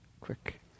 quick